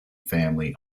family